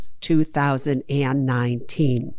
2019